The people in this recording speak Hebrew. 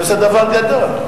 אני עושה דבר גדול.